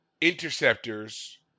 interceptors